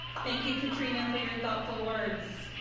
thank you, katrina, for your thoughtful words.